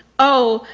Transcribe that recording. oh,